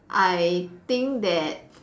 I think that